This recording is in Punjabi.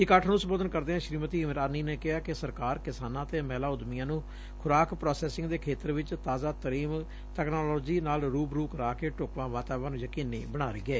ਇਕੱਠ ਨੂੰ ਸੰਬੋਧਨ ਕਰਦਿਆਂ ਸ੍ਰੀਮਤੀ ਇਰਾਨੀ ਨੇ ਕਿਹਾ ਕਿ ਸਰਕਾਰ ਕਿਸਾਨਾਂ ਅਤੇ ਮਹਿਲਾ ਉਦਮੀਆਂ ਨੂੰ ਖੁਰਾਕ ਪ੍ਰਾਸੈਸਿੰਗ ਦੇ ਖੇਤਰ ਵਿਚ ਤਾਜ਼ਾ ਤਰੀਮ ਤਕਨਾਲੋਜੀ ਨਾਲ ਰੂਬਰੂ ਕਰਾ ਕੇ ਢੁਕਵਾਂ ਵਾਤਾਵਰਨ ਯਕੀਨੀ ਬਣਾ ਰਹੀ ਏ